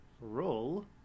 Roll